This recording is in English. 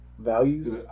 Values